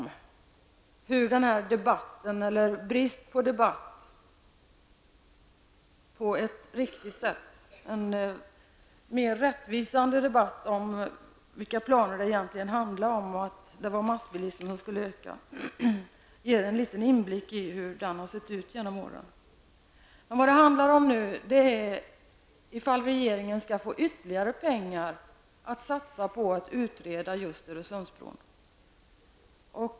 Det här visar på bristen på en debatt på riktigt sätt, en mer rättvisare debatt om vilka planer det egentligen handlade om, planer som skulle innebära att massbilismen skulle öka. Det ger också en liten inblick i hur det har sett ut genom åren. Vad det handlar om nu är ifall regeringen skall få ytterligare pengar att satsa på att utreda Öresundsbrofrågan.